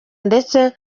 ndetse